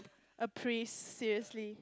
a praise seriously